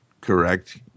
correct